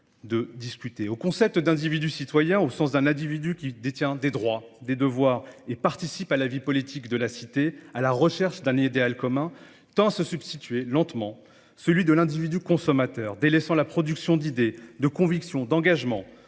de discuter. Au concept d'individu citoyen, au sens d'un individu qui détient des droits, des devoirs et participe à la vie politique de la cité, à la recherche d'un idéal commun tend à se substituer lentement celui de l'individu consommateur, délaissant la production d'idées, de convictions, d'engagement,